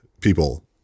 people